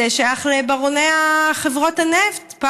זה שייך לברוני חברות הנפט.